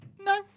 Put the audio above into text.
No